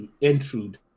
Intrude